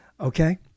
okay